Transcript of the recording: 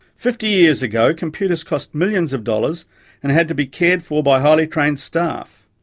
fifty years ago, computers cost millions of dollars and had to be cared for by highly trained staff.